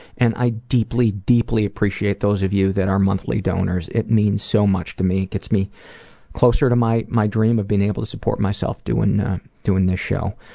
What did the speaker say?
and i deeply, deeply appreciate those of you that are monthly donors. it means so much to me, it gets me closer to my my dream of being able to support myself doing doing this show.